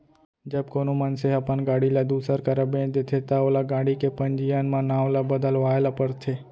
जब कोनो मनसे ह अपन गाड़ी ल दूसर करा बेंच देथे ता ओला गाड़ी के पंजीयन म नांव ल बदलवाए ल परथे